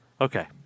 Okay